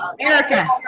Erica